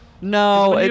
No